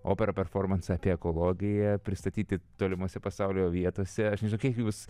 operą performansą apie ekologiją pristatyti tolimose pasaulio vietose aš nežinau kiek jūs